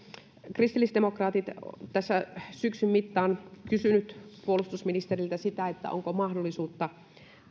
kristillisdemokraatit tässä syksyn mittaan ovat kysyneet puolustusministeriltä sitä onko mahdollisuutta